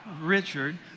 Richard